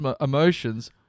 emotions